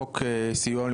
חוק משק החשמל (תיקון - גביית תשלומים),